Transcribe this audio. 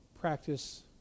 practice